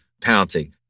penalty